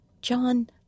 John